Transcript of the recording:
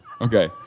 Okay